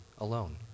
alone